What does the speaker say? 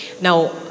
Now